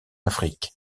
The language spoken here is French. afrique